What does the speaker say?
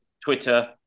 twitter